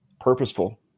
purposeful